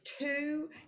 two